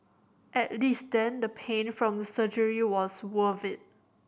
at least then the pain from the surgery was worth it